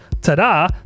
ta-da